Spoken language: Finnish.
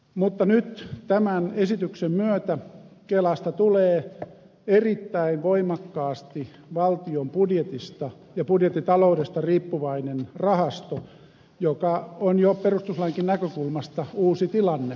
mutta nyt tämän esityksen myötä kelasta tulee erittäin voimakkaasti valtion budjetista ja budjettitaloudesta riippuvainen rahasto mikä on jo perustuslainkin näkökulmasta uusi tilanne